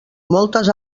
moltes